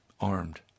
armed